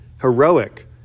heroic